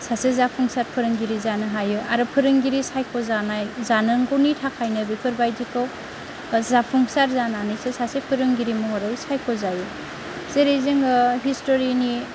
सासे जाफुंसार फोरोंगिरि जानो हायो आरो फोरोंगिरि सायख'जानाय जानांगौनि थाखायनो बेफोरबायदिखौ जाफुंसार जानानैसो सासे फोरोंगिरि महरै सायख'जायो जेरै जोङो हिस्टरिनि